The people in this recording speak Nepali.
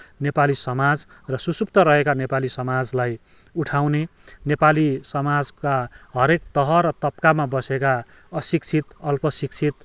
नेपाली समाज र सुषुप्त रहेका नेपाली समाजलाई उठाउने नेपाली समाजका हरेक तह र तप्कामा बसेका अशिक्षित अल्पशिक्षित